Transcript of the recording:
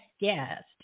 guest